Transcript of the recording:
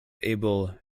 abel